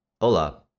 Hola